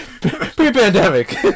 pre-pandemic